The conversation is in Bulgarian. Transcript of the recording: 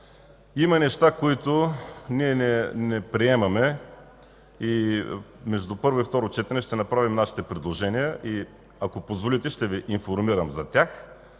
Има неща, които ние не приемаме. Между първо и второ четене ще направим нашите предложения. Ако позволите, ще Ви информирам за тях,